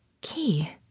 key